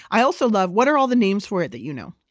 i also love, what are all the names for it that you know?